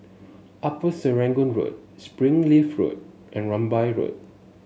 Upper Serangoon Road Springleaf Road and Rambai Road